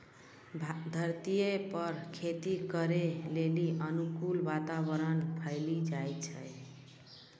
धरतीये पर खेती करै लेली अनुकूल वातावरण पैलो जाय छै